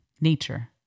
nature